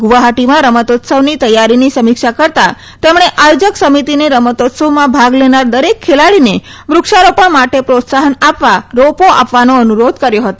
ગુવાહાટીમાં રમતોત્સવની તૈયારીની સમીક્ષા કરતા તેમણે આયોજક સમિતિને રમતોત્સવમાં ભાગ લેનાર દરેક ખેલાડીને વૃક્ષારોપણ માટે પ્રોત્સાહન આપવા રોપો આપવાનો અનુરોધ કર્યો હતો